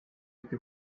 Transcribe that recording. palju